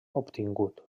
obtingut